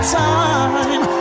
time